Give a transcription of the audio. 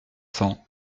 cents